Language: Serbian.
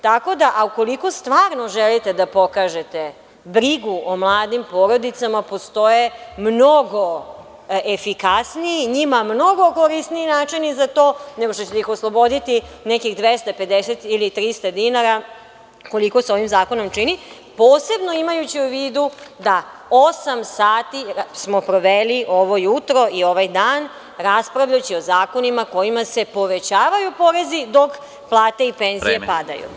Tako da ukoliko stvarno želite da pokažete brigu o mladim porodicama, postoje mnogo efikasniji, njima mnogo korisniji načini za to nego što ćete ih osloboditi nekih 250 ili 300 dinara koliko se ovim zakonom čini, posebno imajući u vidu da osam sati smo proveli, ovo jutro, ovaj dan, raspravljajući o zakonima kojima se povećavaju porezi dok plate i penzije padaju.